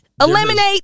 eliminate